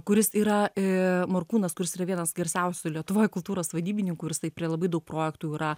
kuris yra e morkūnas kuris yra vienas garsiausių lietuvoj kultūros vadybininkų ir jisai prie labai daug projektų yra